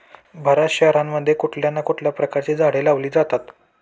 बर्याच शहरांमध्ये कुठल्या ना कुठल्या प्रकारची झाडे लावली जातात